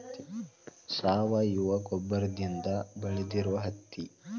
ಸಾವಯುವ ಗೊಬ್ಬರದಿಂದ ಬೆಳದಿರು ಹತ್ತಿ